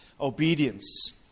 obedience